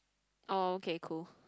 orh okay cool